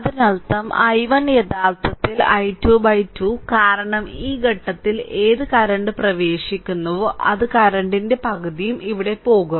അതിനർത്ഥം i1 യഥാർത്ഥത്തിൽ i2 2 കാരണം ഈ ഘട്ടത്തിൽ ഏത് കറന്റ് പ്രവേശിക്കുന്നുവോ അത് കറന്റിന്റെ പകുതിയും ഇവിടെ പോകും